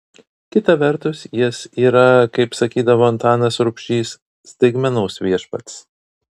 kita vertus jis yra kaip sakydavo antanas rubšys staigmenos viešpats